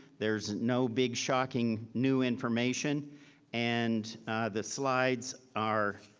there's no big shocking new information and the slides are,